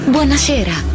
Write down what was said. Buonasera